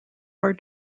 are